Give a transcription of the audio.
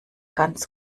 ganz